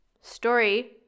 story